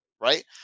right